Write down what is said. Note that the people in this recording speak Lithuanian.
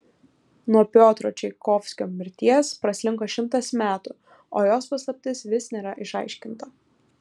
nuo piotro čaikovskio mirties praslinko šimtas metų o jos paslaptis vis nėra išaiškinta